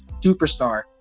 superstar